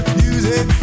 music